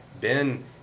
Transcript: Ben